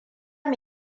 mu